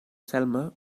selma